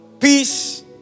peace